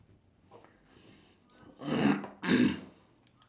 feeding its feeding its its themselves lah hor